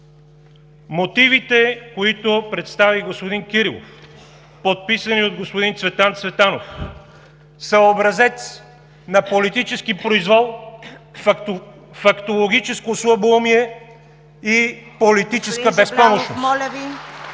Мотивите, които представи господин Кирилов, подписани от господин Цветан Цветанов, са образец на политически произвол, фактологическо слабоумие и политическа безпомощност.